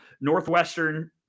Northwestern